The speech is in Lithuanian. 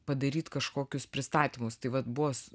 padaryt kažkokius pristatymus tai vat buvo